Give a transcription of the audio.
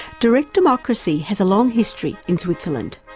direct democracy has a long history in switzerland.